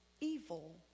evil